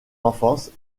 enfance